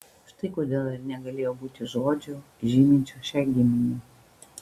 štai kodėl ir negalėjo būti žodžio žyminčio šią giminę